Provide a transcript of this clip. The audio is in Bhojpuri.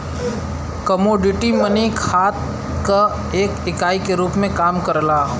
कमोडिटी मनी खात क एक इकाई के रूप में काम करला